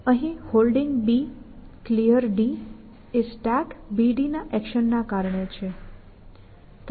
અહીં Holding Clear એ StackBD action ના કારણે છે